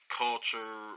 culture